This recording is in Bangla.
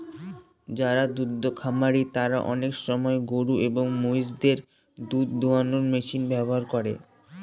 যারা দুদ্ধ খামারি তারা আনেক সময় গরু এবং মহিষদের দুধ দোহানোর মেশিন ব্যবহার করে